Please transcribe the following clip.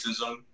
racism